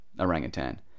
orangutan